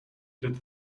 did